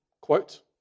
quote